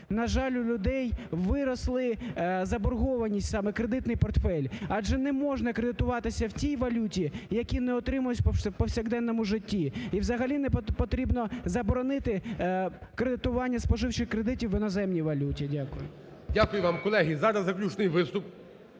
на жаль, у людей виросли заборгованість, саме кредитний портфель, адже неможна кредитуватися в тій валюті, яку не отримуєш у повсякденному житті. І взагалі потрібно заборонити кредитування споживчих кредитів в іноземній валюті. Дякую. ГОЛОВУЮЧИЙ. Дякую вам. Колеги, зараз заключний виступ.